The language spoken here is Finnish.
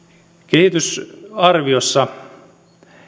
kehitysarviossa